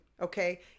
Okay